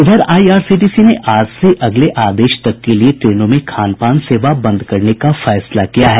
इधर आईआरसीटीसी ने आज से अगले आदेश तक के लिये ट्रेनों में खानपान सेवा बंद करने का फैसला किया है